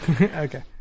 Okay